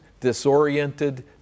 disoriented